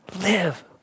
live